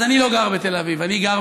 אז אני לא גר בתל אביב, אני גר